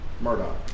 Murdoch